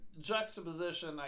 juxtaposition